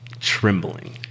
trembling